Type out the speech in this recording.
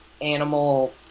animal